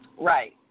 Right